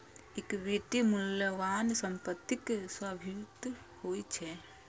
equity मूल्यवान संपत्तिक स्वामित्व होइ छै